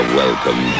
welcome